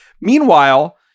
meanwhile